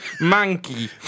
Monkey